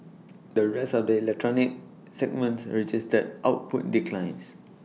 the rest of the electronics segments registered output declines